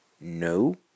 No